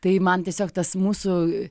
tai man tiesiog tas mūsų